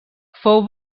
fou